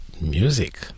music